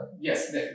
Yes